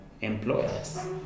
employers